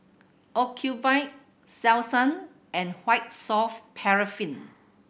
Ocuvite Selsun and White Soft Paraffin